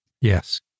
Yes